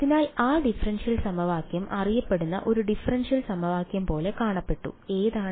അതിനാൽ ആ ഡിഫറൻഷ്യൽ സമവാക്യം അറിയപ്പെടുന്ന ഒരു ഡിഫറൻഷ്യൽ സമവാക്യം പോലെ കാണപ്പെട്ടു ഏതാണ്